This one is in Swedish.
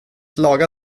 laga